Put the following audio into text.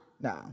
No